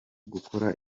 gukora